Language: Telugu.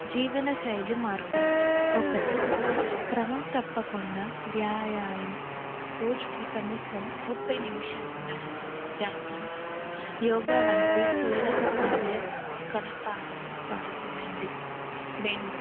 జీవన శైలి మార్పులు ఒకటి క్రమం తప్పకుండా వ్యాయామం రోజుకి కనీసం ముప్పై నిమిషాలు నడక జాగింగ్ యోగా వంటి శరీరక కార్య కలపాలాలు పాల్గొనండి రెండు